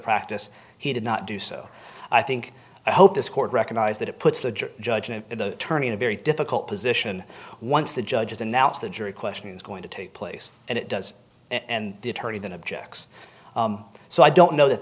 practice he did not do so i think i hope this court recognize that it puts the judgment in the tourney in a very difficult position once the judges announce the jury question is going to take place and it does and the attorney then objects so i don't know that